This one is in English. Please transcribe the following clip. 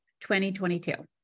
2022